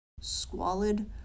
squalid